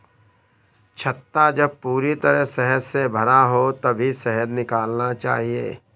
छत्ता जब पूरी तरह शहद से भरा हो तभी शहद निकालना चाहिए